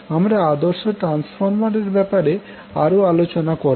আমরা আদর্শ ট্রান্সফর্মার এর ব্যাপারে আরো আলোচনা করবো